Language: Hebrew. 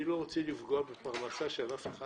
אני לא רוצה לפגוע בפרנסה של אף אחד,